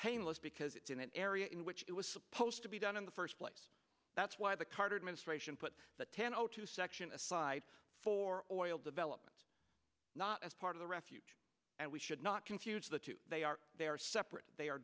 painless because it's in an area in which it was supposed to be done in the first place that's why the carter administration put the ten o two section aside for oil development not as part of the refuge and we should not confuse the two they are they are separate they are